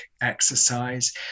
exercise